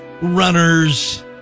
runners